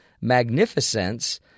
magnificence